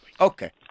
Okay